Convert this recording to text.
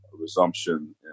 resumption